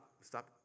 stop